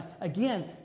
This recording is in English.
again